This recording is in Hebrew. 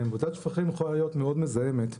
בוצת שפכים יכולה להיות מאוד מזהמת.